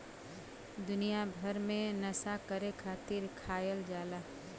दुनिया भर मे नसा करे खातिर खायल जाला